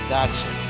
Gotcha